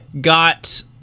got